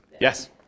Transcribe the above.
Yes